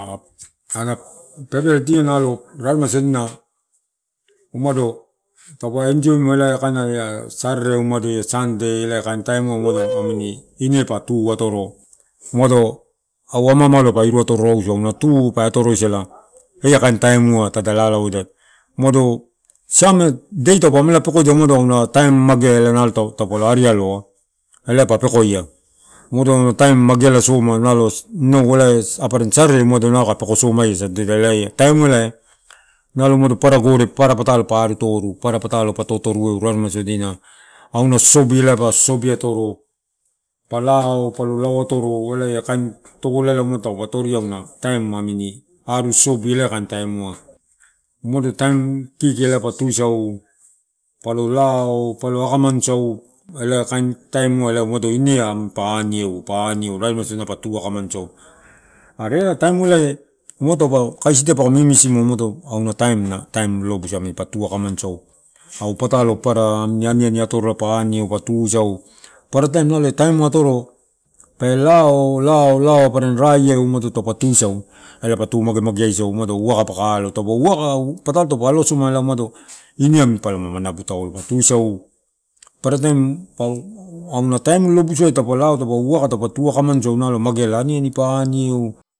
Aunapepetia nalo raremasodina umado taupe enjoimua ela kaina elaia sarere umadia ia, la sandei ia ela kainiu ine pa tu atoro, au amaamalo pa iru atorodia, auna tu pe atoroisala ena taimua tada lalaoedato umado sam na dei taupe amela pekoia umado auna taim magaela nalto tapola arialoa. Ala pa pekoia umado auna taim mageala soma, nalo, inau walai ai apara sarere umado nakae peko somaia na sadialaia, taim elai nalo umado papara gore para patalo pa totorue papara patalo pa totorue u raremai sodina auna sosobi ela pa sosobi atoro, palao, lao atoro ela kain tobola ela taimu atoria, are a taim amini ari sosobi ela kain mode taim kiki pa tusau palo lao, palo akamanuisau ela kain taimua, lao mata iniampa aniue paniu, raremaisodina patu akamansou are ea taim ua taupe kaisi paka mimisieu moto auna taimna lobusaumi patua kaman sau. Au patalo para lolo ni sau tu lolobususau, rumai pa anieu papara taim ia taim atoro pe lao, lao, lao apara raiai umado tapa tuisau ela patu magemage aisau, waka paka alo taupe waka, patalo taupa alo somala mato in amini, pa manabu taulo, pa tuisau, papara taim auna taim lolobusuai taupe lau taupe waka taupa tu waka mansau nalo mageala aniani pa anueu.